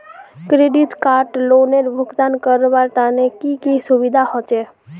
Credit card लोनेर भुगतान करवार तने की की सुविधा होचे??